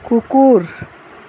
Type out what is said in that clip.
কুকুৰ